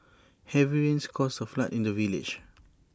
heavy rains caused A flood in the village